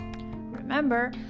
Remember